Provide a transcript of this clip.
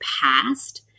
past